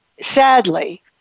sadly